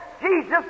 Jesus